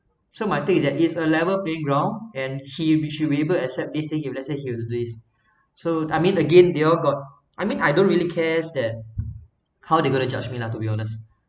so my take is that it's a level playing ground and he or she will be to accept this thing if let say he were to do this so I mean again they all got I mean I don't really cares that how they gonna judge me lah to be honest